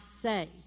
say